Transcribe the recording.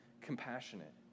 compassionate